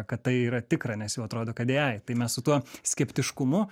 kad tai yra tikra nes jau atrodo kad ai tai mes su tuo skeptiškumu